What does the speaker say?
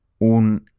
un